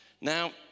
now